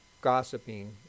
gossiping